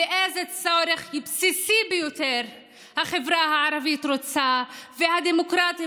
ואיזה צורך בסיסי ביותר החברה הערבית רוצה והדמוקרטים